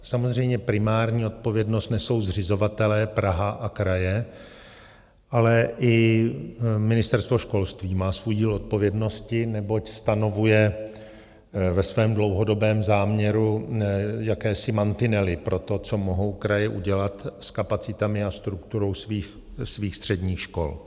Samozřejmě primární odpovědnost nesou zřizovatelé Praha a kraje, ale i Ministerstvo školství má svůj díl odpovědnosti, neboť stanovuje ve svém dlouhodobém záměru jakési mantinely pro to, co mohou kraje udělat s kapacitami a strukturou svých středních škol.